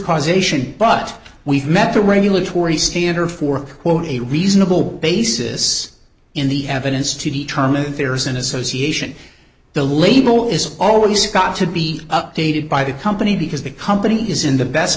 causation but we've met the regulatory standard for a reasonable basis in the evidence to determine if there's an association the label is always got to be updated by the company because the company is in the best